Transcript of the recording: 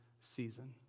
season